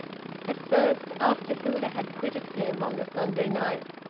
at first, after hilda had quitted him on the sunday night,